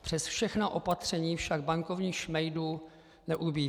Přes všechna opatření však bankovních šmejdů neubývá.